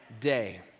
day